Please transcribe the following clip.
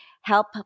help